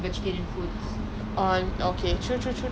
tahu sambal actually it was not bad ya